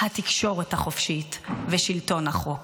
התקשורת החופשית ושלטון החוק.